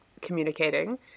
communicating